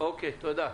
אוקיי, תודה.